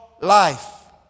life